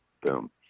Boom